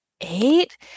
eight